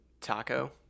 Taco